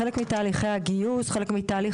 חלק מתהליכי הגיוס, חלק מתהליך